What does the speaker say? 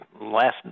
last